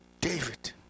David